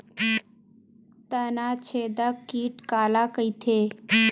तनाछेदक कीट काला कइथे?